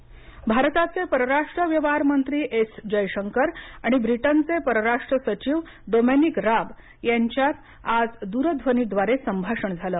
S Jaishankar भारताचे परराष्ट्र व्यवहारमंत्री एस जयशंकर आणि ब्रिटनचे परराष्ट्र सचिव डोमिनिक राब यांच्यात आज दूरध्वनी द्वारे संभाषण झालं